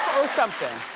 something.